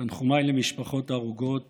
תנחומיי למשפחות ההרוגות